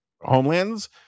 homelands